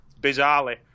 bizarrely